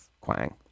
Quang